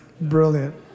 Brilliant